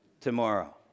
tomorrow